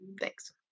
Thanks